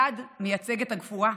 אלעד מייצג את הגבורה,